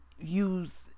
use